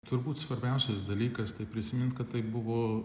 turbūt svarbiausias dalykas tai prisimint kad tai buvo